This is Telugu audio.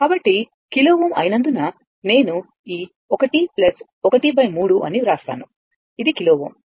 కాబట్టి కిలో Ω అయినందున నేను ఈ 1 1 3 అని వ్రాస్తాను ఇది కిలోΩ